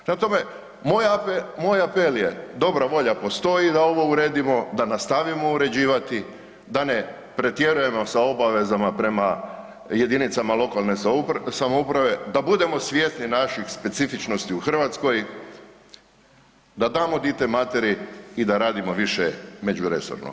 Prema tome, moj apel je dobra volja postoji da ovo uredimo, da nastavimo uređivati, da ne pretjerujemo sa obavezama prema jedinicama lokalne samouprave, da budemo svjesni naših specifičnosti u Hrvatskoj, da damo dite materi i da damo više međuresorno.